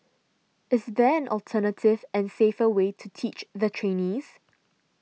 is there an alternative and safer way to teach the trainees